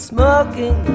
Smoking